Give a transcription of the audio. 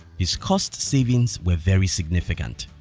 his cost savings were very significant.